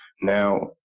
Now